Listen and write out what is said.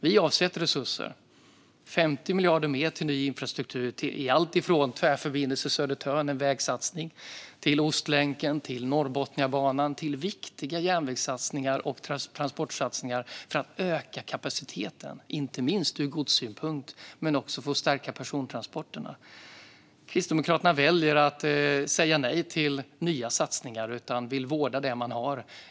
Vi avsätter resurser, 50 miljarder mer, till ny infrastruktur i alltifrån Tvärförbindelse Södertörn, som är en vägsatsning, till Ostlänken och Norrbotniabanan, som är viktiga järnvägs och transportsatsningar för att öka kapaciteten ur godssynpunkt men också för att stärka persontransporterna. Kristdemokraterna väljer att säga nej till nya satsningar och vill i stället vårda det man har.